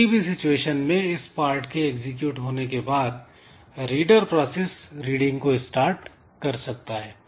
किसी भी सिचुएशन में इस पार्ट के एग्जीक्यूट होने के बाद रीडर प्रोसेस रीडिंग को स्टार्ट कर सकता है